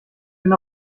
bin